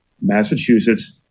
Massachusetts